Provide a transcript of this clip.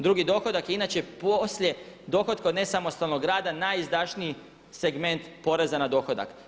Drugi dohodak je inače poslije dohotka od nesamostalnog rada najizdašniji segment poreza na dohodak.